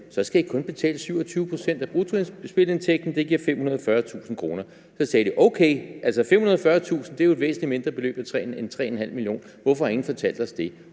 Så skal I kun betale 27 pct. af bruttospilleindtægten, og det giver 540.000 kr. Så sagde de: Okay, altså, 540.000 kr. er jo et væsentlig mindre beløb end 3,5 mio. kr. Hvorfor har ingen fortalt os det?